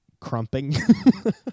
crumping